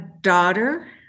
daughter